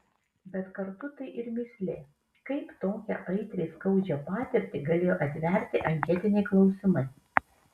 bet kartu tai ir mįslė kaip tokią aitriai skaudžią patirtį galėjo atverti anketiniai klausimai